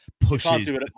pushes